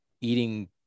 eating